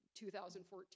2014